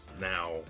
now